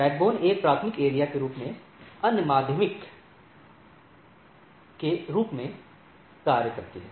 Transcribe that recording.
backbone एक प्राथमिक area के रूप में अन्य माध्यमिक के रूप में कार्य करती है